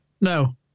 No